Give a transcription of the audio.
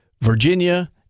Virginia